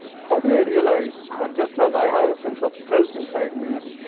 how do i realize that just as i have a sense of self inside me,